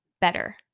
better